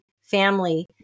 family